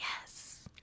yes